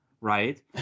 right